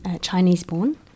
Chinese-born